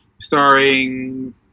starring